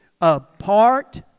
apart